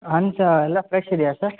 ಹಣ್ಣು ಸಾರ್ ಎಲ್ಲ ಫ್ರೆಶ್ ಇದ್ಯಾ ಸಾರ್